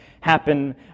happen